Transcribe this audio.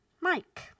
Mike